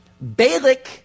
Balak